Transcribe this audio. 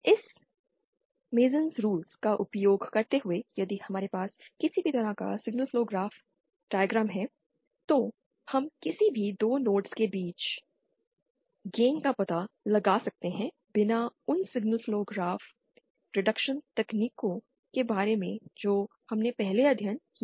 इस Mason's rules का उपयोग करते हुए यदि हमारे पास किसी भी तरह का सिगनल फ्लो ग्राफ है तो हम किसी भी 2 नोड्स के बीच गेन का पता लगा सकते हैं बिना उन सिग्नल फ्लो ग्राफ रिडक्शन तकनीकों के बारे में जो हमने पहले अध्ययन किया है